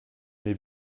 l’ai